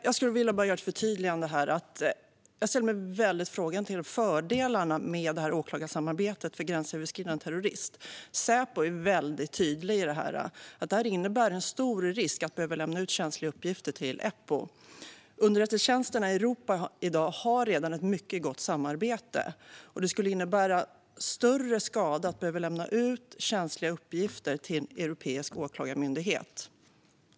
Fru talman! Jag vill bara göra ett förtydligande. Jag ställer mig väldigt frågande till fördelarna med detta åklagarsamarbete för gränsöverskridande terrorism. Säpo är väldigt tydlig med att det innebär en stor risk att behöva lämna ut känsliga uppgifter till Eppo. Underrättelsetjänsterna i Europa har i dag redan ett mycket gott samarbete. Det skulle innebära större skada att behöva lämna ut känsliga uppgifter till en europeisk åklagarmyndighet.